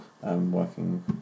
working